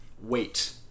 wait